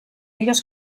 ellos